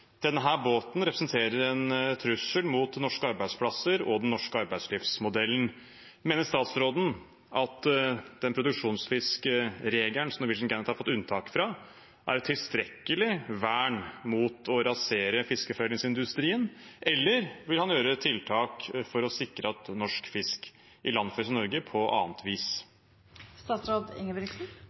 den norske arbeidslivsmodellen. Mener statsråden at den produksjonsfiskregelen som «Norwegian Gannet» har fått unntak fra, er et tilstrekkelig vern mot å rasere fiskeforedlingsindustrien, eller vil han gjøre tiltak for å sikre at norsk fisk ilandføres i Norge på annet